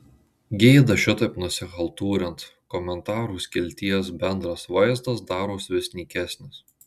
gėda šitaip nusichaltūrint komentarų skilties bendras vaizdas daros vis nykesnis